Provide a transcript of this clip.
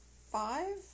five